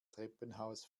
treppenhaus